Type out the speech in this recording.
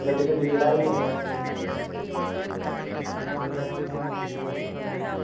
गड्डी चलाई लैन्नां